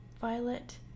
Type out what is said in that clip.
violet